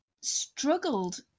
struggled